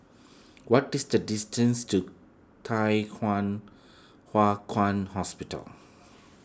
what is the distance to Thye Kwan Hua Kwan Hospital